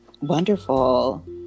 wonderful